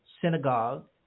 synagogue